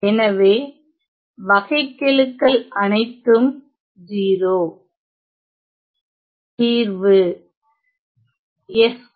எனவே வகைக்கெழுக்கள் அனைத்தும் 0